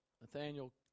Nathaniel